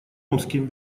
омске